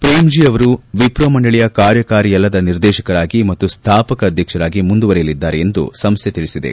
ಪ್ರೇಮ್ಜೀ ಅವರು ವಿಷ್ರೋ ಮಂಡಳಿಯ ಕಾರ್ಯಕಾರಿಯಲ್ಲದ ನಿರ್ದೇಶಕರಾಗಿ ಮತ್ತು ಸ್ಥಾಪಕ ಅಧ್ಯಕ್ಷರಾಗಿ ಮುಂದುವರಿಯಲಿದ್ದಾರೆ ಎಂದು ಸಂಸ್ಥೆ ತಿಳಿಸಿದೆ